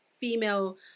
female